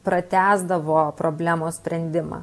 pratęsdavo problemos sprendimą